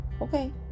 Okay